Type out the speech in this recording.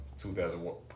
2001